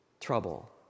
trouble